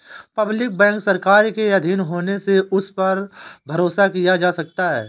public bank सरकार के आधीन होने से उस पर भरोसा किया जा सकता है